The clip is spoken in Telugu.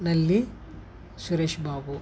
నల్లి సురేష్ బాబు